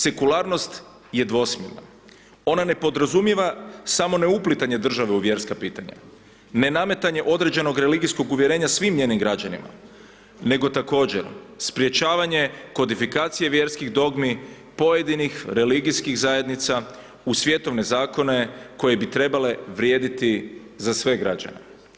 Sekularnost je dvosmjerna, ona ne podrazumijeva samo neuplitanje države u vjerska pitanja, nenametanje određenog religijskog uvjerenja svim njenim građanima nego također sprječavanje kodifikacije vjerskih dogmi, pojedinih religijskih zajednica u svjetovne zakone koje bi trebale vrijediti za sve građane.